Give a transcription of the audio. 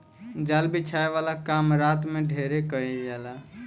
जाल बिछावे वाला काम रात में ढेर कईल जाला